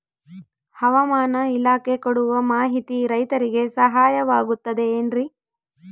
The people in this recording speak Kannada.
ಹವಮಾನ ಇಲಾಖೆ ಕೊಡುವ ಮಾಹಿತಿ ರೈತರಿಗೆ ಸಹಾಯವಾಗುತ್ತದೆ ಏನ್ರಿ?